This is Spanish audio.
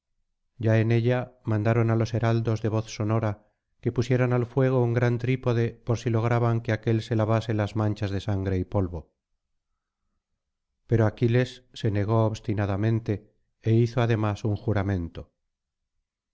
ya en ella mandaron á los heraldos de voz sonora que pusieran al fuego un gran trípode por si lograban que aquél se lavase las manchas de sangre y polvo pero aquiles se negó obstinadamente é hizo además un juramento